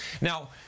Now